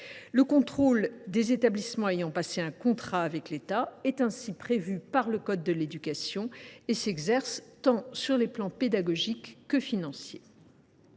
Le contrôle des établissements ayant passé un contrat avec l’État est ainsi prévu par le code de l’éducation et s’exerce sur le plan tant pédagogique que financier.